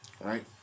right